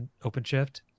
OpenShift